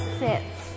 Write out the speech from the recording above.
sits